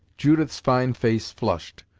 judith's fine face flushed,